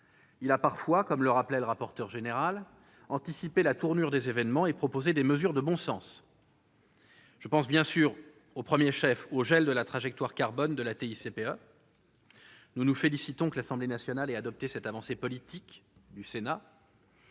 Il a parfois, comme le rappelait M. le rapporteur général, anticipé la tournure des événements et proposé des mesures de bon sens. Je pense, bien sûr, au premier chef, au gel de la trajectoire carbone de la TICPE. Nous nous félicitons que l'Assemblée nationale ait adopté cette avancée politique du Sénat,